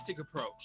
approach